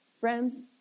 Friends